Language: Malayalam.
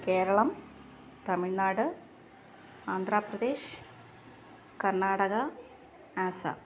കേരളം തമിഴ്നാട് ആന്ധ്രാപ്രദേശ് കർണാടക ആസാം